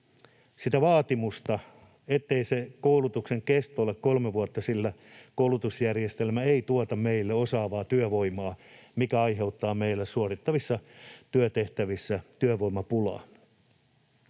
sitä vaatimusta, niin ettei se koulutuksen kesto ole kolme vuotta, sillä koulutusjärjestelmä ei tuota meille osaavaa työvoimaa, mikä aiheuttaa meille suorittavissa työtehtävissä työvoimapulaa.